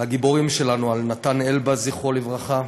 הגיבורים שלנו, נתן אלבז, זכרו לברכה,